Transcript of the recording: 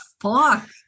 fuck